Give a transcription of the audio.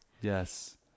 Yes